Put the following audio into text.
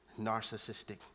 narcissistic